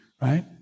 right